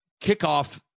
kickoff